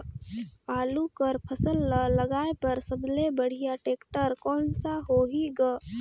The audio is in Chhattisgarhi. आलू कर फसल ल लगाय बर सबले बढ़िया टेक्टर कोन सा होही ग?